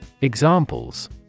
Examples